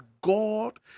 God